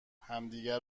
همدیگه